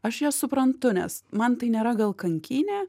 aš jas suprantu nes man tai nėra gal kankynė